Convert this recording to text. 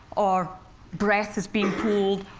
or breath, is being pulled.